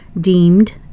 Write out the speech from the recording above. deemed